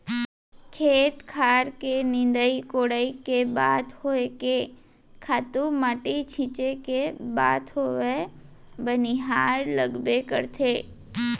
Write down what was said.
खेत खार के निंदई कोड़ई के बात होय के खातू माटी छींचे के बात होवय बनिहार लगबे करथे